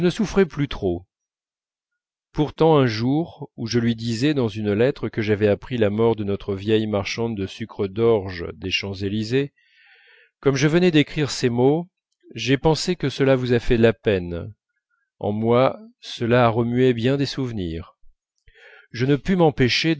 souffrais plus trop pourtant un jour où je lui disais dans une lettre que j'avais appris la mort de notre vieille marchande de sucre d'orge des champs-élysées comme je venais d'écrire ces mots j'ai pensé que cela vous a fait de la peine en moi cela a remué bien des souvenirs je ne pus m'empêcher